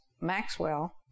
Maxwell